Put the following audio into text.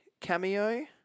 cameo